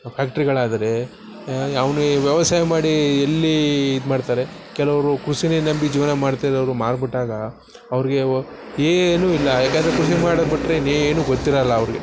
ಫ್ಯಾಕ್ಟರಿಗಳು ಆದರೆ ಅವ್ನು ಈ ವ್ಯವಸಾಯ ಮಾಡಿ ಎಲ್ಲಿ ಇದು ಮಾಡ್ತಾರೆ ಕೆಲವರು ಕೃಷಿಯೇ ನಂಬಿ ಜೀವನ ಮಾಡ್ತಾ ಇರೋವ್ರು ಮಾರಿ ಬಿಟ್ಟಾಗ ಅವ್ರಿಗೆ ಏನು ಇಲ್ಲ ಯಾಕಂದರೆ ಕೃಷಿ ಮಾಡೋದು ಬಿಟ್ಟರೆ ಇನ್ನೇನು ಗೊತ್ತಿರೋಲ್ಲ ಅವ್ರಿಗೆ